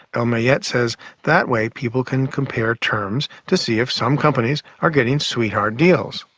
el mayet says that way people can compare terms to see if some companies are getting sweetheart deals.